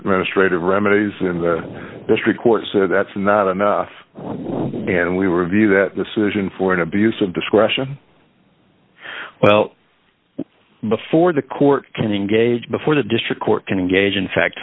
administrative remedies in the district court so that's not enough and we were view that decision for an abuse of discretion well before the court can engage before the district court can engage in fact